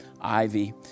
Ivy